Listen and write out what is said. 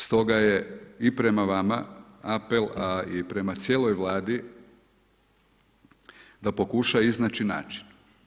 Stoga je i prema vama apel, a i prema cijeloj Vladi da pokuša iznaći način.